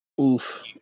Oof